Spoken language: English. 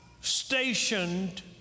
stationed